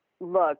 look